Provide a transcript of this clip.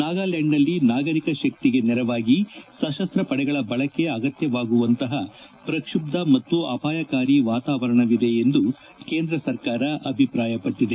ನಾಗಾಲ್ಲಾಂಡ್ನಲ್ಲಿ ನಾಗರಿಕ ಶಕ್ತಿಗೆ ನೆರವಾಗಿ ಸಶಸ್ತ ಪಡೆಗಳ ಬಳಕೆ ಅಗತ್ಯವಾಗುವಂತಹ ಪ್ರಕ್ಷುಬ್ಧ ಮತ್ತು ಅಪಾಯಕಾರಿ ವಾತಾವರಣವಿದೆ ಎಂದು ಕೇಂದ್ರ ಸರ್ಕಾರ ಅಭಿಪ್ರಾಯಪಟ್ಟದೆ